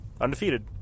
undefeated